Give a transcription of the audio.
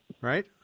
right